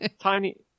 Tiny